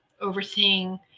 overseeing